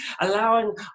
Allowing